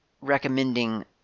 recommending